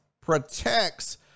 protects